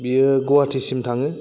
बियो गहाटिसिम थाङो